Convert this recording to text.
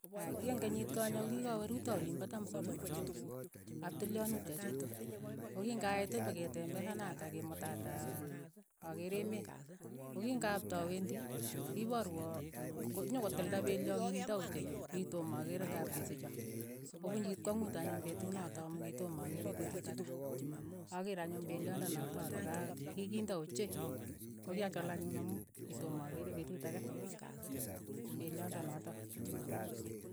Aya, kii eng' kenyit konye ko kikawe rutoi oliin pa tampson, kap tilyonut che chuuk, ko ki ngait pa ketembesanata kemutataa akeer emeet, ko kingaptawendi, kiporwoo k- nyokotilda pelio kiinda ochei. ne ki toma akeere ngap kesicho, ko punchi kwang'ut anyun petut notok amu ki toma akeere petut ake. akeer anyun peliondonotok ale ka kikindo ochei, ko kyachal anyun amu kitoma akere petut ake, peliondonotok.